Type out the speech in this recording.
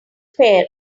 fair